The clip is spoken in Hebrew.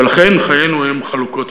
ולכן חיינו הם חלוקות.